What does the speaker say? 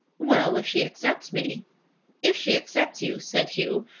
well if she accepts me if she accepts you, said hugh,